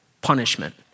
Punishment